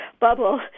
bubble